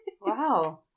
Wow